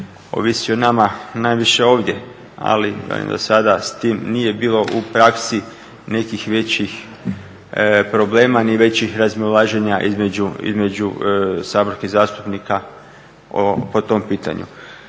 ovisi o nama najviše ovdje, ali zasada s tim nije bilo u praksi nekih većih problema ni većih razmimoilaženja između saborskih zastupnika po tom pitanju.